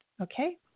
Okay